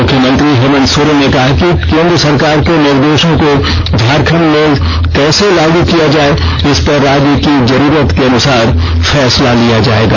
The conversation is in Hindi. मुख्यमंत्री हेमंत सोरेन ने कहा है कि केन्द्र सरकार के निर्देषों को झारखंड में कैसे लागू किया जाये इस पर राज्य की जरूरत के अनुसार फैसला लिया जायेगा